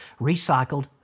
recycled